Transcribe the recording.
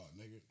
nigga